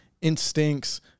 instincts